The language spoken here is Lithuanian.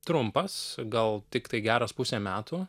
trumpas gal tiktai geras pusę metų